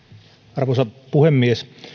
arvoisa puhemies keskustelu